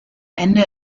ende